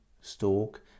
stalk